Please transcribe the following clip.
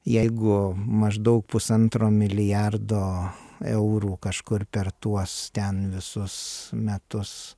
jeigu maždaug pusantro milijardo eurų kažkur per tuos ten visus metus